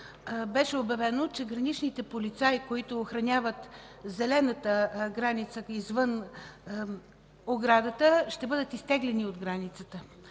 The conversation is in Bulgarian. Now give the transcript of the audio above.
беше обявено, че граничните полицаи, които охраняват зелената граница извън оградата, ще бъдат изтеглени от границата.